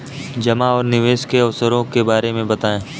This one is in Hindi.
जमा और निवेश के अवसरों के बारे में बताएँ?